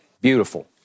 Beautiful